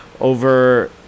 over